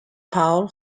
paul